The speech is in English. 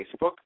facebook